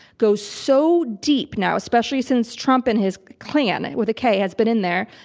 goes so deep now, especially since trump and his klan, with a k, has been in there,